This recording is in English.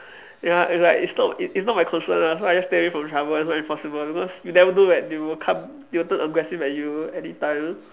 ya it's like it's not it it's not my concern lah so I just stay from trouble as much as possible because you never know that they will come they will turn aggressive at you any time